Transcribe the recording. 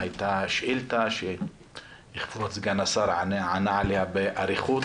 הייתה שאילתה שכבוד סגן השר ענה עליה באריכות